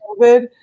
COVID